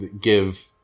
give